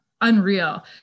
unreal